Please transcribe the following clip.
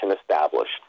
established